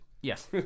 Yes